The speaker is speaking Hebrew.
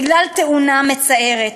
בגלל תאונה מצערת,